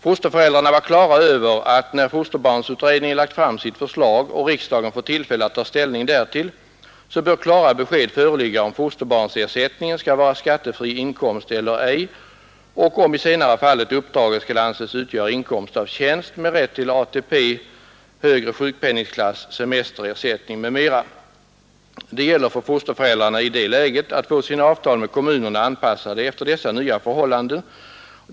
Fosterföräldrarna var klara över att när fosterbarnsutredningen lagt fram sitt förslag och riksdagen fått tillfälle att ta ställning därtill så bör klara besked föreligga om fosterbarnsersättningen skall vara skattefri inkomst eller ej och, i senare fallet, om den skall anses utgöra inkomst av tjänst med rätt till ATP, högre sjukpenningklass, semesterersättning m.m. Det gäller för fosterföräldrarna i det läget att få sina avtal med kommunerna anpassade efter dessa nya förhållanden.